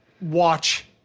watch